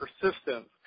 persistence